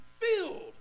filled